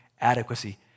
adequacy